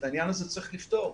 את העניין הזה צריך לפתור.